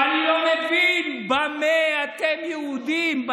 ואני לא מבין במה אתם יהודים.